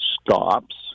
stops